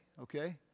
okay